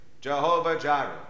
Jehovah-Jireh